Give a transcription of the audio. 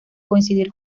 coincidir